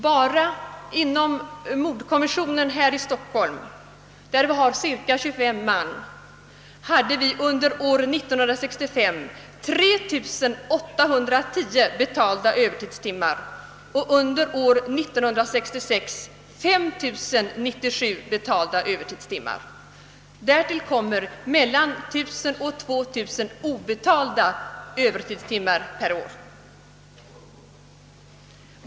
Bara inom mordkommissionen i Stockholm, som består av cirka 25 man, hade vi under år 1965 inte mindre än 3 810 betalda övertidstimmar, och under år 1966 var antalet 5 097. Därtill kommer mellan 1000 och 2000 obetalda övertidstimmar per år.